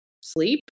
sleep